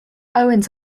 owens